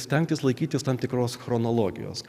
stengtis laikytis tam tikros chronologijos